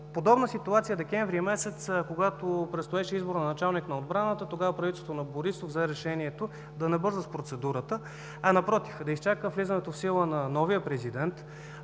Подобна е ситуацията през декември месец, когато предстоеше избор на началник на отбраната. Тогава правителството на Борисов взе решение да не бърза с процедурата, а напротив – да изчака влизането в сила на новия президент,